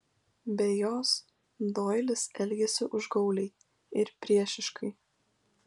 be jos doilis elgėsi užgauliai ir priešiškai